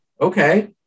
Okay